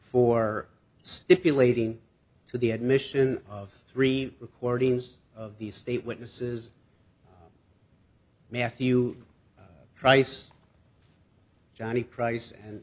for stipulating to the admission of three recordings of the state witnesses matthew price johnny price and